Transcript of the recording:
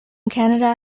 canada